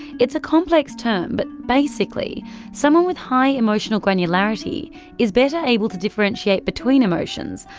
it's a complex term but basically someone with high emotional granularity is better able to differentiate between emotions,